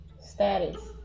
status